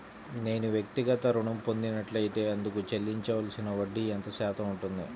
నేను వ్యక్తిగత ఋణం పొందినట్లైతే అందుకు చెల్లించవలసిన వడ్డీ ఎంత శాతం ఉంటుంది?